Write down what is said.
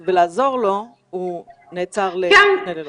ובמקום לעזור לו הוא נעצר לשני לילות.